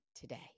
today